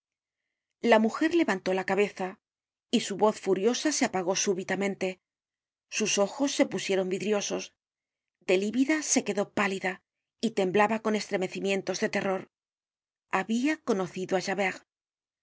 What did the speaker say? la mujer levantó la cabeza y su voz furiosa se apagó súbitamente sus ojos se pusieron vidriosos de lívida se quedó pálida y temblaba con estremecimientos de terror habia conocido á javert el